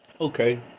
Okay